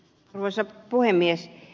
arvoisa puhemies